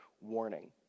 warning